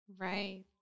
Right